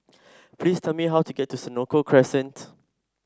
please tell me how to get to Senoko Crescent